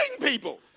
people